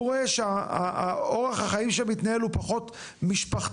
הוא רואה שאורך החיים שמתנהל הוא פחות משפחתי,